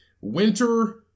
Winter